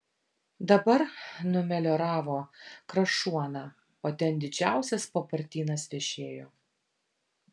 dabar numelioravo krašuoną o ten didžiausias papartynas vešėjo